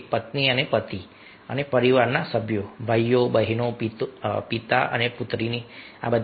પત્ની અને પતિ અને પરિવારના સભ્યો ભાઈઓ બહેનો પિતા અને પુત્રની જેમ